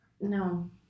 No